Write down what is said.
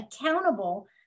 accountable